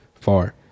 far